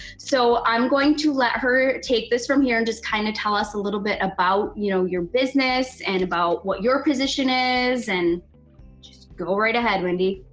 so i'm going to let her take this from here and just kinda kind of tell us a little bit about, you know, your business and about what your position is and just go right ahead, wendy.